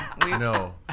no